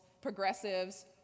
progressives